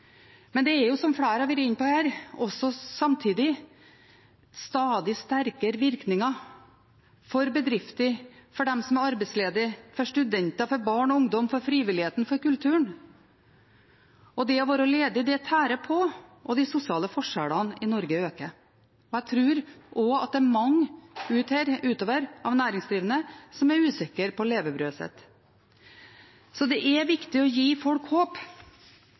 Men det er, som flere har vært inne på her, samtidig stadig sterkere virkninger for bedrifter, for dem som er arbeidsledige, for studenter, for barn og ungdom, for frivilligheten, for kulturen. Det å være ledig tærer på, og de sosiale forskjellene i Norge øker. Jeg tror også at det er mange av de næringsdrivende der ute som er usikre på levebrødet sitt. Så det er viktig å gi folk håp